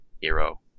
hero